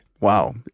Wow